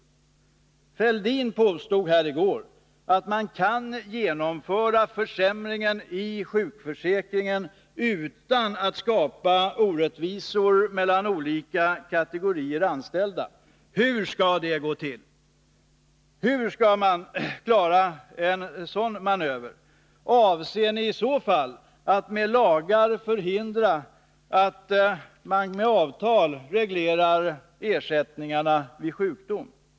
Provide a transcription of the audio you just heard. Thorbjörn Fälldin påstod i går att man kan genomföra försämringen i sjukförsäkringen utan att skapa orättvisor mellan olika kategorier anställda. Hur skall det gå till? Hur skall man klara en sådan manöver? Avser ni att med lagar förhindra att man i avtal reglerar ersättningen vid sjukdom?